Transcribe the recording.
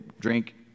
drink